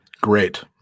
Great